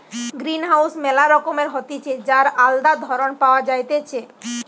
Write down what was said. greenhouse ম্যালা রকমের হতিছে যার আলদা ধরণ পাওয়া যাইতেছে